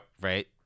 right